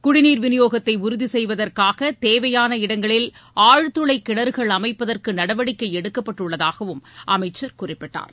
குடிநீர் விநியோகத்தை உறுதி செய்வதற்காக தேவையான இடங்களில் ஆழ்துளை கிணறுகள் அமைப்பதற்கு நடவடிக்கை எடுக்கப்பட்டுள்ளதாகவும் அமைச்சர் குறிப்பிட்டார்